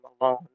alone